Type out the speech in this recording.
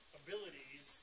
abilities